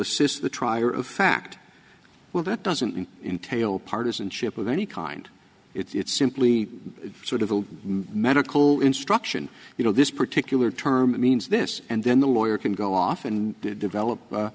assist the trier of fact well that doesn't entail partisanship of any kind it's simply sort of a medical instruction you know this particular term means this and then the lawyer can go off and develop